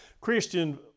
Christian